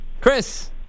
Chris